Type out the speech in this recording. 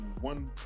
one